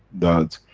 that,